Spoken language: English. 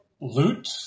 loot